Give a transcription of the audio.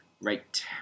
Right